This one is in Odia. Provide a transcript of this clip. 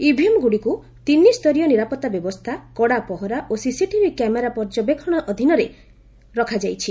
ଇଭିଏମ୍ଗୁଡ଼ିକୁ ତିନିସ୍ତରୀୟ ନିରାପତ୍ତା ବ୍ୟବସ୍ଥା କଡ଼ା ପହରା ଓ ସିସିଟିଭି କ୍ୟାମେରା ପର୍ଯ୍ୟପେକ୍ଷଣ ଅଧିନରେ ରଖାଯାଇଛି